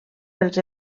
pels